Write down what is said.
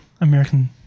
American